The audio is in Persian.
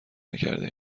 نکرده